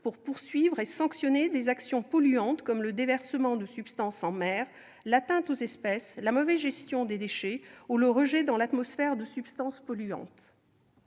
pour poursuivre et sanctionner des actions polluantes, comme le déversement de substances en mer, l'atteinte aux espèces, la mauvaise gestion des déchets ou le rejet dans l'atmosphère de substances polluantes.